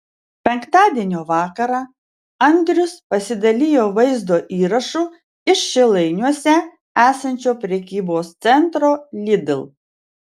penktadienio vakarą andrius pasidalijo vaizdo įrašu iš šilainiuose esančio prekybos centro lidl